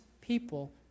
people